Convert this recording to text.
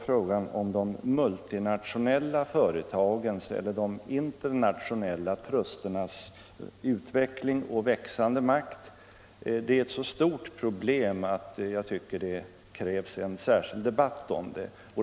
Frågan om de multinationella företagen eller de internationella trusternas utveckling och växande makt är ett så stort problem att jag tycker det krävs en särskild debatt om det.